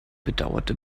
bedauerte